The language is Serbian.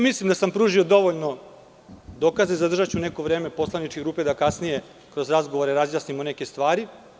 Mislim da sam pružio dovoljno dokaza i zadržaću neko vreme poslaničke grupe da kasnije kroz razgovore razjasnimo neke stvari.